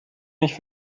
nicht